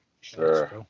Sure